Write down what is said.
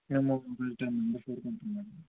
మేం ఒక ten members వరకు ఉంటాం మేడం